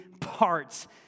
parts